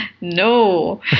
No